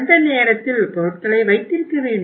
அந்த நேரத்தில் பொருட்களை வைத்திருக்க வேண்டும்